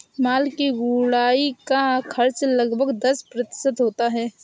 माल की ढुलाई का खर्च लगभग दस प्रतिशत होता है